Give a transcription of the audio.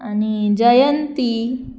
आनी जयंती